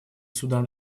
судан